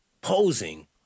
posing